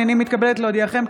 הינני מתכבדת להודיעכם,